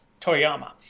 Toyama